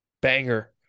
Banger